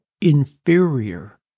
inferior